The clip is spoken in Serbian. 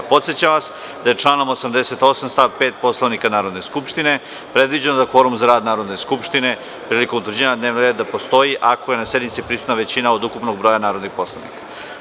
Podsećam vas da je članom 88. stav 5. Poslovnika Narodne skupštine predviđeno da kvorum za rad Narodne skupštine prilikom utvrđivanja dnevnog reda, postoji ako je na sednici prisutna većina od ukupnog broja narodnih poslanika.